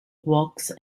walks